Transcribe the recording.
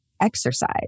exercise